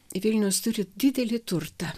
tai vilniaus turi didelį turtą